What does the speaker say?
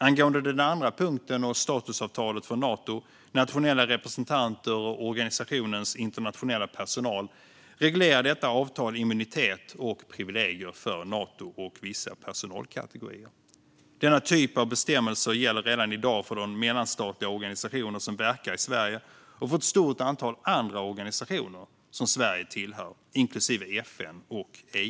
När det gäller den andra punkten om statusavtalet för Nato, nationella representanter och organisationens internationella personal reglerar detta avtal immunitet och privilegier för Nato och vissa personalkategorier. Denna typ av bestämmelser gäller redan i dag för de mellanstatliga organisationer som verkar i Sverige och för ett stort antal andra organisationer som Sverige tillhör, inklusive FN och EU.